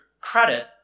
credit